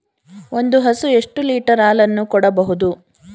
ಒಂದು ಹಸು ಎಷ್ಟು ಲೀಟರ್ ಹಾಲನ್ನು ಕೊಡಬಹುದು?